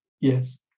yes